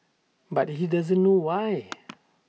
but he doesn't know why